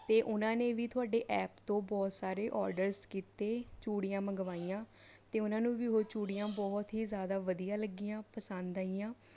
ਅਤੇ ਉਹਨਾਂ ਨੇ ਵੀ ਤੁਹਾਡੇ ਐਪ ਤੋਂ ਬਹੁਤ ਸਾਰੇ ਔਡਰਜ਼ ਕੀਤੇ ਚੂੜੀਆਂ ਮੰਗਵਾਈਆਂ ਅਤੇ ਉਹਨਾਂ ਨੂੰ ਵੀ ਉਹ ਚੂੜੀਆਂ ਬਹੁਤ ਹੀ ਜ਼ਿਆਦਾ ਵਧੀਆ ਲੱਗੀਆਂ ਪਸੰਦ ਆਈਆਂ